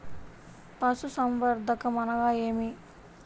పశుసంవర్ధకం అనగా ఏమి?